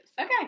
Okay